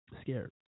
scared